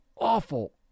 awful